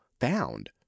found